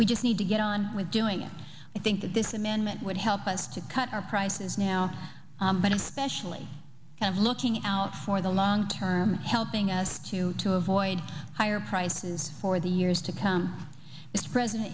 we just need to get on with doing it i think that this amendment would help us to cut our prices now but in specially and looking out for the long term helping us to to avoid higher prices for the years to come is present